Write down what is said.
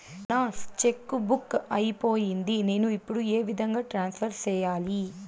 నా cheque book అయిపోయింది నేను ఇప్పుడు ఏ విధంగా ట్రాన్స్ఫర్ సేయాలి?